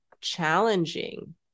challenging